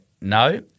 No